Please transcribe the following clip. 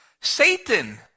satan